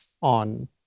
on